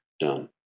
done